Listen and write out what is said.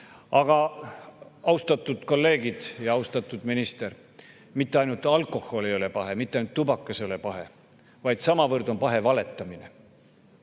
Aga austatud kolleegid ja austatud minister, mitte ainult alkohol ei ole pahe, mitte ainult tubakas ei ole pahe, vaid samavõrd on pahe valetamine.